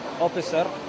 officer